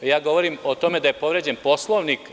Govorim o tome da je povređen Poslovnik.